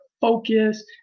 focus